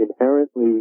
inherently